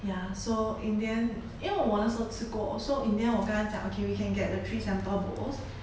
ya so in the end 因为我那时候吃过 so in the end 我跟他讲 okay we can get the three sample bowls